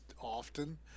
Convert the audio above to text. often